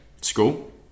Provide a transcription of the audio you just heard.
School